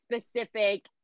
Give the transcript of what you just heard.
specific